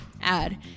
add